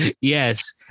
Yes